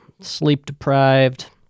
sleep-deprived